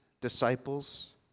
disciples